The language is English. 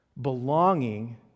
belonging